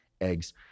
eggs